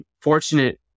fortunate